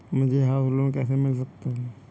मुझे house loan कैसे मिल सकता है?